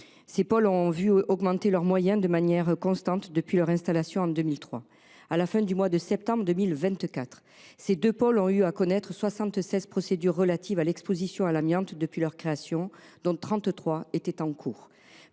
Ces pôles ont vu leurs moyens augmenter de manière constante depuis leur installation en 2003. À la fin du mois de septembre 2024, ils ont eu à connaître de 76 procédures relatives à l’exposition à l’amiante depuis leur création, dont 33 étaient toujours